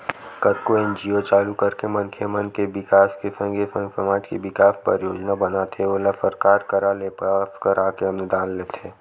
कतको एन.जी.ओ चालू करके मनखे मन के बिकास के संगे संग समाज के बिकास बर योजना बनाथे ओला सरकार करा ले पास कराके अनुदान लेथे